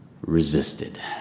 resisted